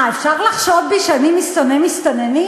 מה, אפשר לחשוד בי שאני שונא מסתננים?